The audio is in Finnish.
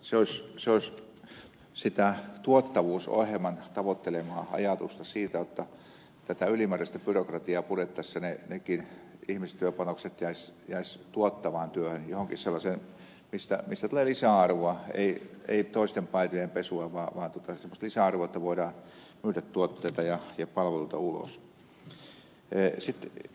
se olisi sitä tuottavuusohjelman tavoittelemaa ajatusta siitä jotta tätä ylimääräistä byrokratiaa purettaisiin ja nekin ihmistyöpanokset jäisivät tuottavaan työhön johonkin sellaiseen mistä tulee lisäarvoa ei toisten paitojen pesua vaan semmoista lisäarvoa että voidaan myydä tuotteita ja palveluja ulos